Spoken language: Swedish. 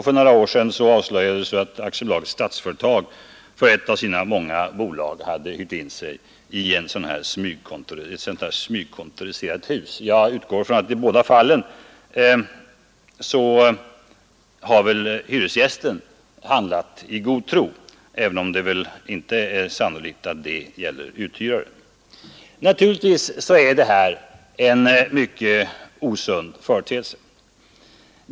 För några år sedan avslöjades att Statsföretag AB för ett av sina många bolag hade hyrt in sig i ett sådant smygkontoriserat hus. Jag utgår från att hyresgästen i båda fallen handlat i god tro, men det är inte sannolikt att detsamma gäller uthyraren. Naturligtvis är detta en mycket osund företeelse.